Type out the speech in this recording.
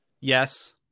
Yes